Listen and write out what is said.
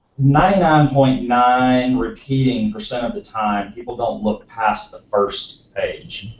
nine um point nine repeating percent of the time, people don't look past the first page.